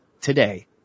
today